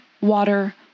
water